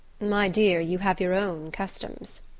my dear, you have your own customs.